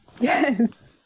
Yes